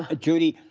ah judy,